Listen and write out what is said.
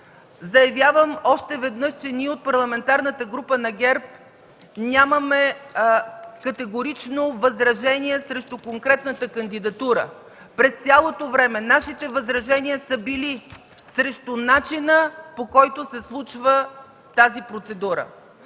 Заявявам още веднъж, че ние от Парламентарната група на ГЕРБ нямаме категорично възражение срещу конкретната кандидатура. През цялото време нашите възражения са били срещу начина, по който се случва тази процедура.